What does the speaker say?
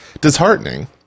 disheartening